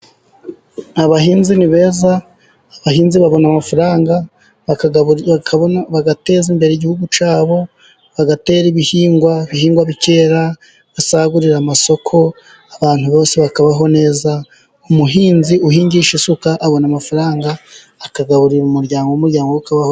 Abahinzi ni beza, abahinzi babona amafaranga bagateza imbere igihugu cyabo, bagatera ibihingwa, Ibihingwa bikera, basagurira amasoko, abantu bose bakabaho neza, umuhinzi uhingisha isuka, abona amafaranga akagaburira umuryango, umuryango we ukabaho neza.